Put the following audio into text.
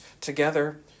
together